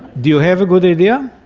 do you have a good idea?